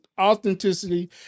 authenticity